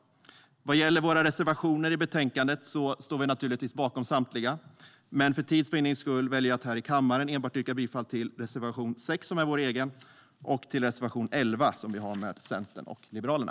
Vad gäller våra reservationer i betänkandet står vi naturligtvis bakom samtliga. Men för tids vinnande väljer jag att här i kammaren enbart yrka bifall till reservation 6 som är vår egen och reservation 11 som vi har med Centern och Liberalerna.